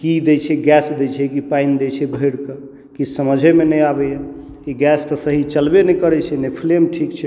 ई की दै छै गैस दै छै की पानि दै छै भरिके किछु समझेमे नहि आबैए ई गैस तऽ सही चलबे नहि करै छै ने फ्लैम ठीक छै